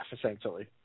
essentially